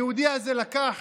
היהודי הזה לקח